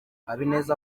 habineza